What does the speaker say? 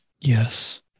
Yes